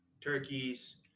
turkeys